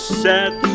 set